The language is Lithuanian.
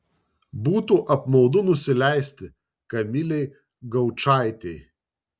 būtų apmaudu nusileisti kamilei gaučaitei